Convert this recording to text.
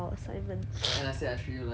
and I said I treat you like a princess